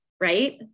right